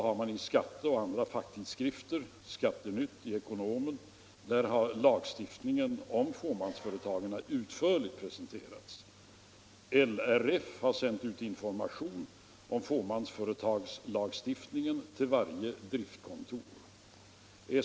Lagstiftningen om fåmansföretagen har presenterats utförligt i facktidskrifter, t.ex. Skattenytt och Ekonomen. LRF har sänt ut information om fåmansföretagslagstiftningen till varje driftskontor.